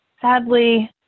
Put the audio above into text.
Sadly